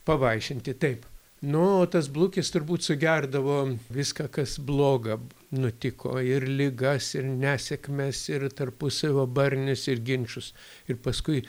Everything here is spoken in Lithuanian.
pavaišinti taip nu o tas blukis turbūt sugerdavo viską kas bloga nutiko ir ligas ir nesėkmes ir tarpusavio barnius ir ginčus ir paskui